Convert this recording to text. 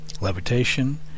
levitation